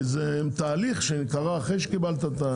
אבל זה תהליך שקורה אחרי שקיבלת את הרכב.